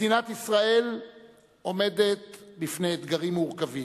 מדינת ישראל עומדת בפני אתגרים מורכבים.